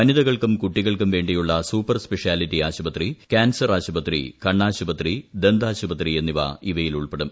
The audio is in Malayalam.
വനിതകൾക്കും കുട്ടികൾക്കും വേണ്ടിയുള്ള സൂപ്പർ സ്പെഷ്യാലിറ്റി ആശുപത്രി കാൻസർ ആശുപത്രി കണ്ണാശുപത്രി ദന്താശുപത്രി എന്നിവ ഇവയിൽ ഉൾപ്പെടും